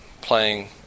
playing